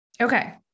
Okay